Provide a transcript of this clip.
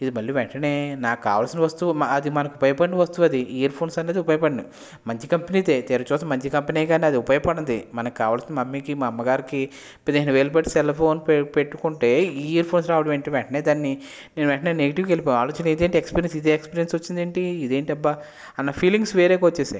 ఇది భలే మ్యాటరే నాకు కావలసిన వస్తువు అది మనకు ఉపయోగపడని వస్తువు అది ఇయర్ఫోన్స్ అనేవి ఉపయోగపడనివి మంచి కంపెనీ తెరిచి చూసి మంచి కంపెనీగానే అది ఉపయోగపడనిది మనకు కావలసినది మమ్మీకి మా అమ్మగారికి పదిహేను వేలు పెట్టి సెల్ ఫోను పెట్టుకుంటే ఇయర్ఫోన్స్ రావడం ఏంటి వెంటనే దాన్ని నేను వెంటనే నెగటివ్కి వెళ్ళిపోవాలి ఆలోచన ఏది ఎక్స్పీరియన్స్ ఇది ఎక్స్పీరియన్స్ వచ్చింది ఏంటి ఇదేంటి అబ్బా అన్న ఫీలింగ్స్ వేరుగా వచ్చేసాయి